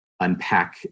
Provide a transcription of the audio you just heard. unpack